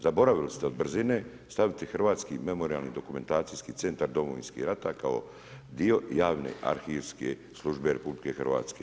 Zaboravili ste od brzine zaboraviti Hrvatski memorijalno-dokumentacijski centar Domovinskog rata kao dio javne arhivske službe RH.